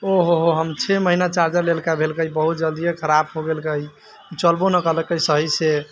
ओ हो हो हम छओ महीना चार्जर लेलका भेलकै बहुत जल्दिए ख़राब हो गेलकै चलबो नहि केलकै सही से